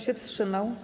się wstrzymał?